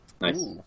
Nice